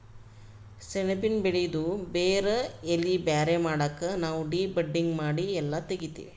ಸೆಣಬಿನ್ ಬೆಳಿದು ಬೇರ್ ಎಲಿ ಬ್ಯಾರೆ ಮಾಡಕ್ ನಾವ್ ಡಿ ಬಡ್ಡಿಂಗ್ ಮಾಡಿ ಎಲ್ಲಾ ತೆಗಿತ್ತೀವಿ